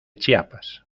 chiapas